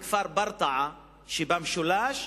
בכפר ברטעה שבמשולש,